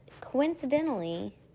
coincidentally